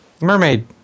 Mermaid